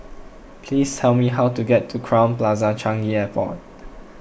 please tell me how to get to Crowne Plaza Changi Airport